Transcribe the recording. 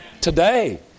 Today